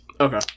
Okay